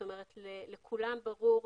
לכולם ברור,